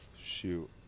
Shoot